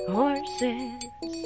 horses